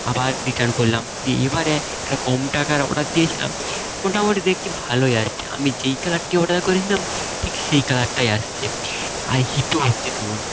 আবার রিটার্ন করলাম দিয়ে এই বারে একটা কম টাকার অর্ডার দিয়েছিলাম মোটামুটি দেখতে ভালোই আসছে আমি যেই কালারটি অর্ডার করেছিলাম ঠিক সেই কালারটাই আসছে আর হিটও হচ্ছে তেমন